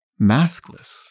maskless